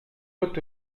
pot